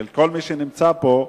של כל מי שנמצא פה,